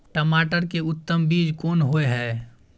टमाटर के उत्तम बीज कोन होय है?